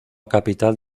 capital